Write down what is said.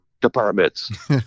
departments